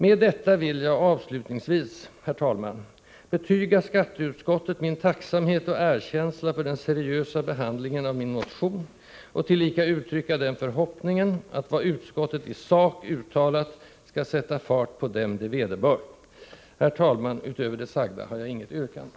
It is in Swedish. Med detta vill jag avslutningsvis, herr talman, betyga skatteutskottet min tacksamhet och erkänsla för den seriösa behandlingen av min motion och tillika uttrycka den förhoppningen att vad utskottet i sak uttalat skall sätta fart på dem det vederbör. Herr talman! Utöver det sagda har jag intet yrkande.